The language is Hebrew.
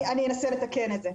אני אנסה לתקן את זה.